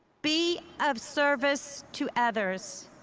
be of service to others,